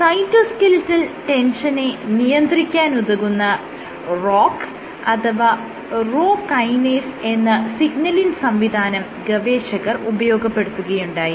cytoskeletal ടെൻഷനെ നിയന്ത്രിക്കാൻ ഉതകുന്ന ROCK അഥവാ റോ കൈനേസ് എന്ന സിഗ്നലിങ് സംവിധാനം ഗവേഷകർ ഉപയോഗപ്പെടുത്തുകയുണ്ടായി